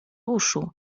uszu